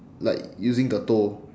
like using the toe